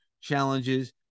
challenges